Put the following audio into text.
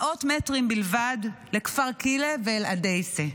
מאות מטרים בלבד, לכפר כילא ואל-עדייסה.